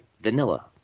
vanilla